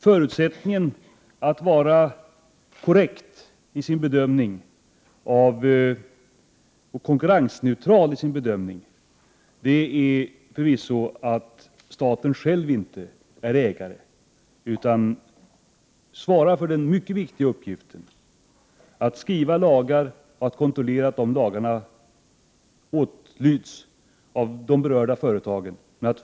Förutsättningen för att staten skall kunna göra en korrekt och konkurrensneutral bedömning är förvisso att staten själv inte är ägare. Staten skall svara för den mycket viktiga uppgiften att stifta lagar och kontrollera att de åtlyds av de berörda företagen.